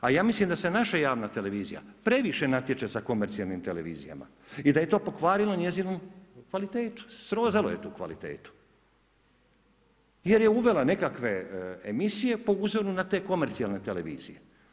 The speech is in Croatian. A ja mislim da se naša javna televizija previše natječe sa komercijalnim televizijama i da je to pokvarilo njezinu kvalitetu, srozalo je tu kvalitetu jer je uvela nekakve emisije po uzoru na te komercijalne televizije.